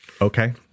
Okay